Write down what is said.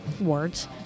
Words